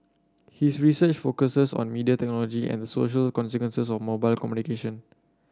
his research focuses on media technology and social consequences of mobile communication